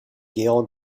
gale